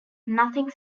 nothing